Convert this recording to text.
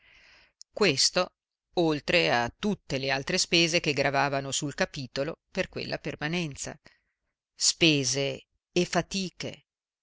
questo oltre a tutte le altre spese che gravavano sul capitolo per quella permanenza spese e fatiche